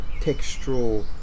textural